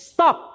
Stop